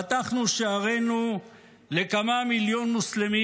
פתחנו שערינו לעשרים מיליון מוסלמים,